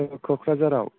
औ क'क्राझाराव